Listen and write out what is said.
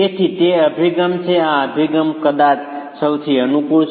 તેથી તે અભિગમ છે આ અભિગમ કદાચ સૌથી અનુકૂળ છે